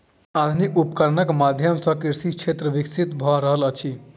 आधुनिक उपकरणक माध्यम सॅ कृषि क्षेत्र विकसित भ रहल अछि